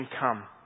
come